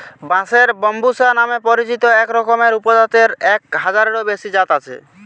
বাঁশের ব্যম্বুসা নামে পরিচিত একরকমের উপজাতের এক হাজারেরও বেশি জাত আছে